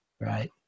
right